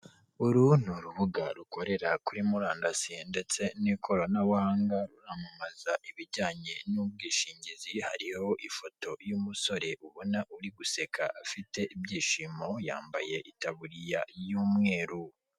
Uru ni urubuga rukorera kuri murandasi ndetse n'ikoranabuhanga ruramamaza ibijyanye n'ubwishingizi, hariho ifoto y'umusore ubona uri guseka afite ibyishimo yambaye itaburiya y'umweru.